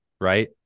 right